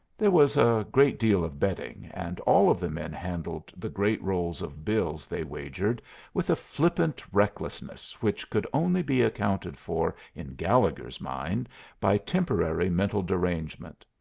there was a great deal of betting, and all of the men handled the great rolls of bills they wagered with a flippant recklessness which could only be accounted for in gallegher's mind by temporary mental derangement.